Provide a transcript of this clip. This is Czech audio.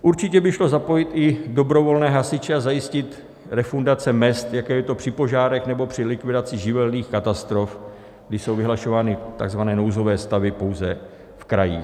Určitě by šlo zapojit i dobrovolné hasiče a zajistit refundace mezd, jako je to při požárech nebo při likvidaci živelních katastrof, když jsou vyhlašovány takzvané nouzové stavy pouze v krajích.